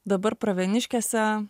dabar pravieniškėse